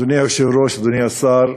אדוני היושב-ראש, אדוני השר,